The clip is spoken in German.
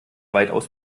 weitaus